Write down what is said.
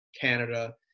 Canada